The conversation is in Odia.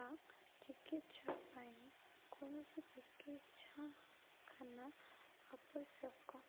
ବା ଚିକିତ୍ସା ପାଇଁ କୌଣସି ଚିକିତ୍ସାଖାନା ଆବଶ୍ୟକ